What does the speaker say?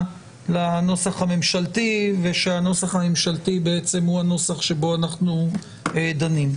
לנוסח הממשלתי ושזה הנוסח שבו אנחנו דנים.